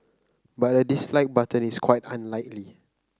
but a dislike button is quite unlikely